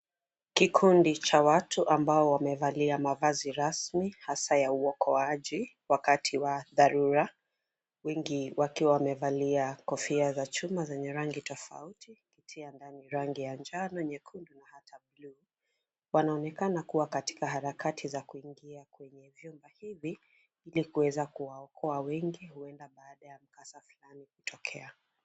Kikundi cha watu ambao wamevalia mavazi rasmi, hasaa ya uokoaji, wakati wa dharura. Wengi wakiwa wamevalia kofia za chuma zenye rangi tofauti, kitia ndani rangi ya njano, nyekundu, na hata bluu. Wanaonekana kuwa katika harakati za kuingia kwenye vyumba hivi, ili kuweza kuwaokoa wengi, huenda baada ya mkasa fulani kutokea.